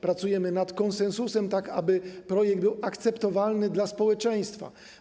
Pracujemy nad konsensusem, tak aby projekt był akceptowalny dla społeczeństwa.